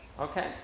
okay